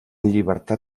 llibertat